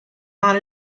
not